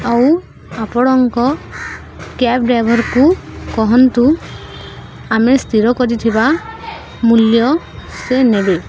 ଆଉ ଆପଣଙ୍କ କ୍ୟାବ୍ ଡ୍ରାଇଭର୍କୁ କୁହନ୍ତୁ ଆମେ ସ୍ଥିର କରିଥିବା ମୂଲ୍ୟ ସେ ନେବେ